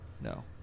no